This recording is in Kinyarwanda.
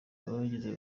abagize